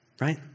right